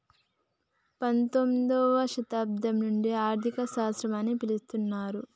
పంతొమ్మిదవ శతాబ్దం నుండి ఆర్థిక శాస్త్రం అని పిలుత్తున్నరు